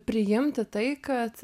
priimti tai kad